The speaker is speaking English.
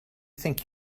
think